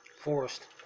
forest